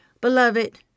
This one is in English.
Beloved